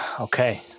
Okay